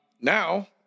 now